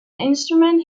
instrument